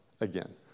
Again